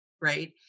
right